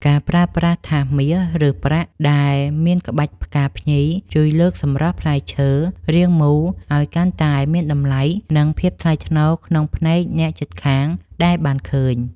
ការប្រើប្រាស់ថាសមាសឬប្រាក់ដែលមានក្បាច់ផ្កាភ្ញីជួយលើកសម្រស់ផ្លែឈើរាងមូលឱ្យកាន់តែមានតម្លៃ និង ភាពថ្លៃថ្នូរក្នុងភ្នែកអ្នកជិតខាងដែលបានឃើញ។